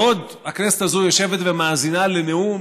בעוד הכנסת הזאת יושבת ומאזינה לנאום,